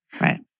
Right